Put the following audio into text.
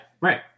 right